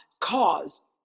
cause